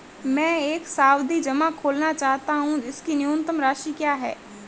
मैं एक सावधि जमा खोलना चाहता हूं इसकी न्यूनतम राशि क्या है?